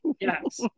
Yes